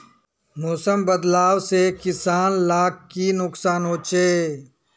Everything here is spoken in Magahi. मौसम बदलाव से किसान लाक की नुकसान होचे?